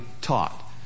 taught